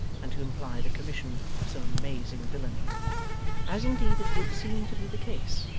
and to imply the commission of some amazing villany as indeed it would seem to be the case,